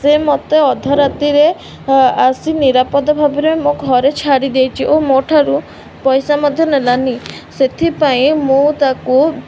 ସେ ମୋତେ ଅଧରାତିରେ ଆସି ନିରାପଦ ଭାବରେ ମୋ ଘରେ ଛାଡ଼ିଦେଇଛି ଓ ମୋ ଠାରୁ ପଇସା ମଧ୍ୟ ନେଲାନି ସେଥିପାଇଁ ମୁଁ ତାକୁ